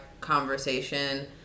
conversation